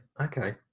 Okay